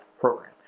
program